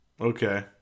Okay